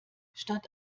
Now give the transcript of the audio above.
statt